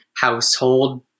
household